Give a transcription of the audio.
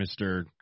Mr